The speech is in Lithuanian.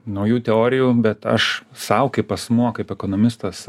naujų teorijų bet aš sau kaip asmuo kaip ekonomistas